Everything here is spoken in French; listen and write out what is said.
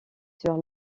sur